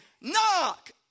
knock